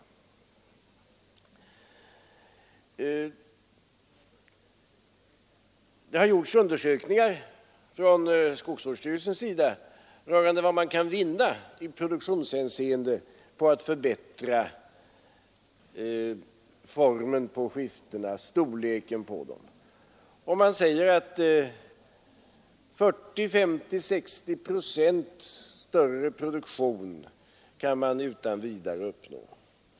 Skogsvårdsstyrelsen har gjort undersökningar rörande vad man kan vinna i produktionshänseende på att förbättra formen och storleken på skiftena. 40—60 procent större produktion kan man utan vidare uppnå.